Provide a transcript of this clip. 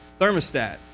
thermostat